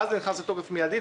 ואז זה נכנס לתוקף מידית,